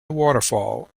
waterfall